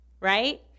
right